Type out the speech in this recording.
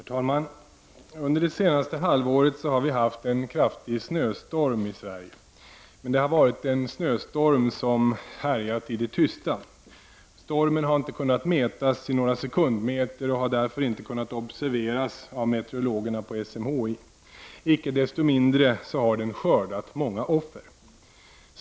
Herr talman! Under det senaste halvåret har vi haft en kraftig snöstorm i Sverige. Men det har varit en snöstorm som härjat i det tysta. Stormen har inte kunnat mätas i några sekundmeter och har därför inte kunnat observeras av meteorologerna vid SMHI. Icke desto mindre har den skördat många offer.